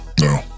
No